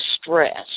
stress